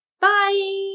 bye